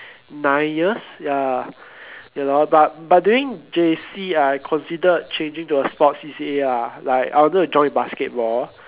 nine years ya you know but but during J_C I considered changing to a sports C_C_A ah like I wanted to join basketball